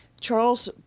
Charles